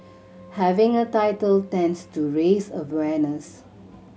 having a title tends to raise awareness